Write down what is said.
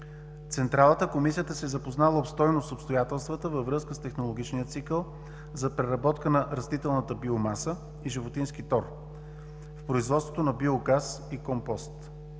Централата Комисията се е запознала обстойно с обстоятелствата във връзка с технологичния цикъл за преработка на растителната биомаса и животински тор в производството на биогаз и компост.